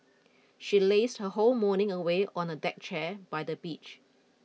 she lazed her whole morning away on a deck chair by the beach